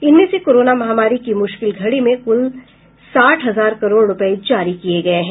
इनमें से कोरोना महामारी की मुश्किल घड़ी में कुल साठ हजार करोड़ रुपये जारी किए गए हैं